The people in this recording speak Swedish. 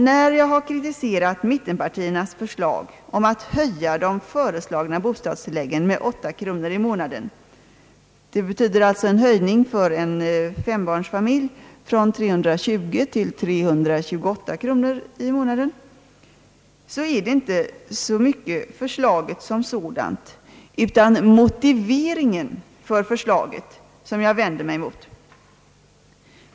När jag kritiserat mittenpartiernas förslag om att höja de föreslagna bostadstilläggen med åtta kronor i månaden — det betyder alltså en höjning för en fembarnsfamlij från 320 kronor till 328 kronor i månaden — är det inte så mycket förslaget som sådant utan motiveringen för förslaget som jag vänder mig emot.